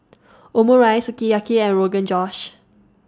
Omurice Sukiyaki and Rogan Josh